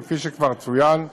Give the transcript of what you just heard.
וכפי שכבר צוין,